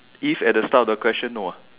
if at the start of the question no ah